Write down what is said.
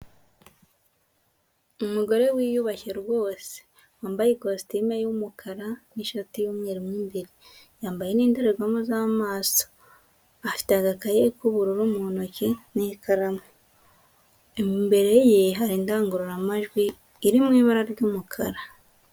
Umugore wiyubashye rwose, wambaye ikositimu y'umukara n'ishati y'umweru imbere, yambaye n'indorerwamo z'amaso, afite agakayi k'ubururu mu ntoki n'ikaramu imbere ye hari indangururamajwi iri mu ibara ry'umukara.